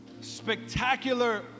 spectacular